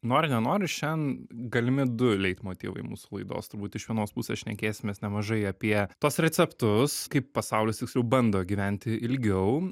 nori nenori šian galimi du leitmotyvai mūsų laidos turbūt iš vienos pusės šnekėsimės nemažai apie tuos receptus kaip pasaulis tiksliau bando gyventi ilgiau